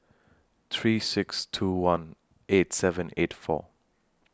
three six two one eight seven eight four